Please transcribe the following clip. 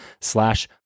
slash